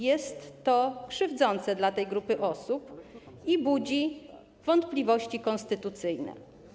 Jest to krzywdzące dla tej grupy osób i budzi wątpliwości konstytucyjne.